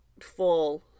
full